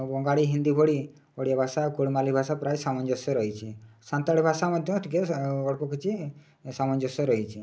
ବଙ୍ଗାଳୀ ହିନ୍ଦୀ ଭଳି ଓଡ଼ିଆଭାଷା କୁଡ଼ିମାଲି ଭାଷା ପ୍ରାୟ ସାମଞ୍ଜସ୍ୟ ରହିଛି ସାନ୍ତାଳୀ ଭାଷା ମଧ୍ୟ ଟିକେ ଅଳ୍ପ କିଛି ସାମଞ୍ଜସ୍ୟ ରହିଛି